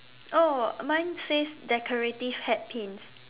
oh mine says decorative hat pins